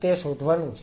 તે શોધવાનું છે